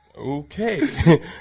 okay